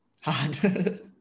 Hard